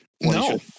No